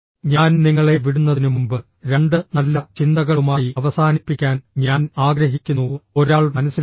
ഞാൻ നിങ്ങളെ വിടുന്നതിനുമുമ്പ് രണ്ട് നല്ല ചിന്തകളുമായി അവസാനിപ്പിക്കാൻ ഞാൻ ആഗ്രഹിക്കുന്നുഃ ഒരാൾ മനസ്സിലാക്കുന്നു